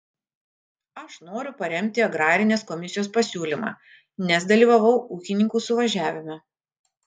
aš noriu paremti agrarinės komisijos pasiūlymą nes dalyvavau ūkininkų suvažiavime